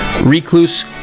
Recluse